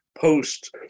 post